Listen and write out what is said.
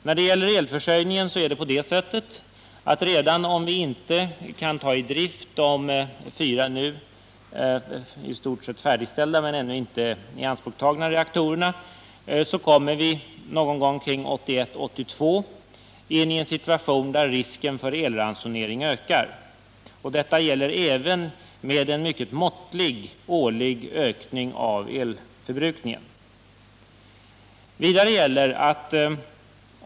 När det gäller elförsörjningen är det på det sättet att om vi inte kan ta i drift de fyra nu i stort sett färdigställda men ännu inte ianspråktagna reaktorerna, kommer vi någon gång omkring 1981-1982 in i en situation där risken för elransonering ökar. Detta gäller även med en mycket måttlig årlig ökning av elförbrukningen.